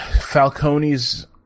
Falcone's